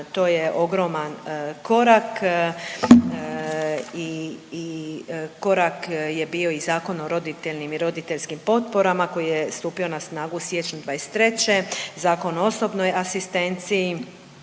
to je ogroman korak i, i korak je bio i Zakon o roditeljnim i roditeljskim potporama koji je stupio na snagu u siječnju 2023., Zakon o osobnoj asistenciji,